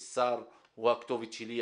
יש שר, הוא הכתובת שלי.